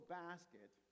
basket